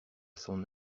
son